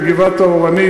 בגבעת-האורנים,